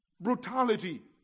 brutality